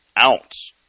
ounce